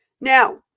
Now